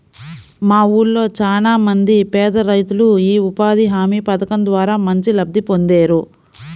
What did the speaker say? మా ఊళ్ళో చానా మంది పేదరైతులు యీ ఉపాధి హామీ పథకం ద్వారా మంచి లబ్ధి పొందేరు